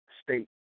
state